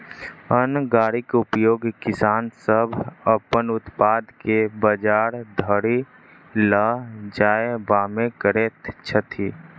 अन्न गाड़ीक उपयोग किसान सभ अपन उत्पाद के बजार धरि ल जायबामे करैत छथि